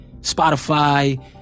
spotify